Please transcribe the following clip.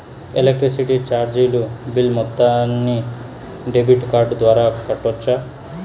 Electricity చార్జీలు bill మొత్తాన్ని debit card ద్వారా కట్టొచ్చా?